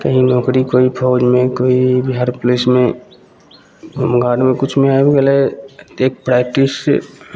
कहीँ नोकरी कोइ फौजमे कोइ बिहार पुलिसमे होमगार्डमे किछुमे आबि गेलै एक प्रैक्टिस छै